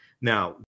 Now